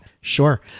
Sure